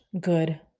good